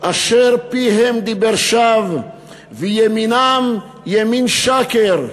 "אשר פיהם דִבר שוא וימינם ימין שקר",